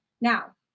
Now